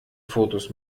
fotos